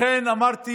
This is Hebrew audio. לכן אמרתי,